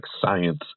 science